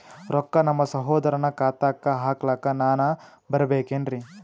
ರೊಕ್ಕ ನಮ್ಮಸಹೋದರನ ಖಾತಾಕ್ಕ ಹಾಕ್ಲಕ ನಾನಾ ಬರಬೇಕೆನ್ರೀ?